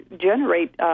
generate